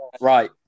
right